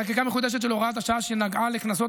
חקיקה מחודשת של הוראת השעה שנגעה לקנסות